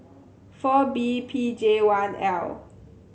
four B P J one L